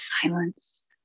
silence